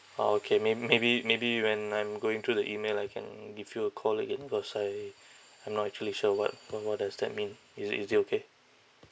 okay mayb~ maybe maybe when I'm going through the email I can give you a call again cause I I'm not actually sure what what what does that mean is is it okay